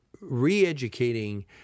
re-educating